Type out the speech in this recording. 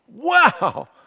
Wow